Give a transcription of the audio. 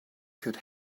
could